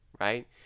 right